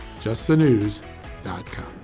justthenews.com